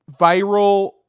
viral